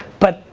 but,